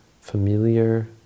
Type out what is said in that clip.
familiar